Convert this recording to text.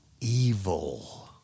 evil